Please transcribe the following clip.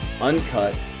uncut